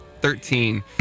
thirteen